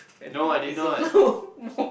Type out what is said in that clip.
I think is also more